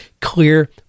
clear